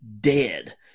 dead